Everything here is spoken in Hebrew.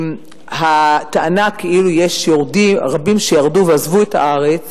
הטענה כאילו יש רבים שירדו ועזבו את הארץ